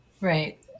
Right